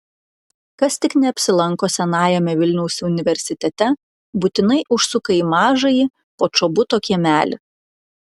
kas tik neapsilanko senajame vilniaus universitete būtinai užsuka į mažąjį počobuto kiemelį